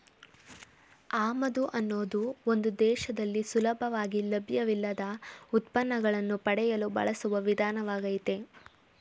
ಆಮದು ಅನ್ನೋದು ಒಂದು ದೇಶದಲ್ಲಿ ಸುಲಭವಾಗಿ ಲಭ್ಯವಿಲ್ಲದ ಉತ್ಪನ್ನಗಳನ್ನು ಪಡೆಯಲು ಬಳಸುವ ವಿಧಾನವಾಗಯ್ತೆ